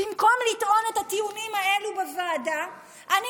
במקום לטעון את הטיעונים האלה בוועדה אני